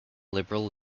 liberal